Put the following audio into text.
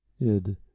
id